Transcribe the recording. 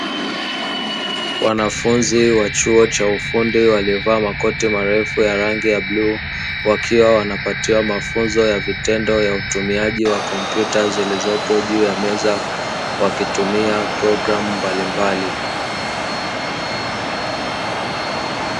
Wanafunzi wa chuo cha ufundi waliovaa makote marefu ya rangi ya blue wakiwa wanapatiwa mafunzo ya vitendo ya utumiaji wa kompyuta zilizopo juu ya meza, wakitumia programu mbalimbali.